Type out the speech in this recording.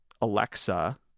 Alexa